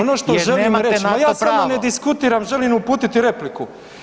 Ono što želim reći, ma ja s vama ne diskutiram, želim uputiti repliku.